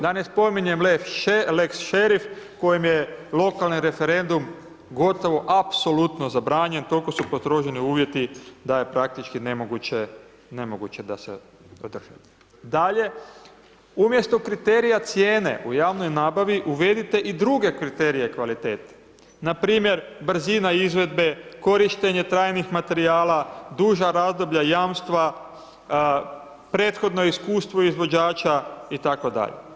Da ne spominjem lex šerif kojem je lokalni referendum gotovo apsolutno zabranjen, toliko su postroženi uvjeti da je praktički nemoguće, nemoguće da se… [[Govornik se ne razumije]] Dalje, umjesto kriterija cijene u javnoj nabavi, uvedite i druge kriterije kvalitete, npr. brzina izvedbe, korištenje trajnih materijala, duža razdoblja jamstva, prethodno iskustvo izvođača itd.